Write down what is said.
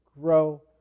grow